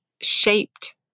shaped